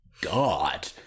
God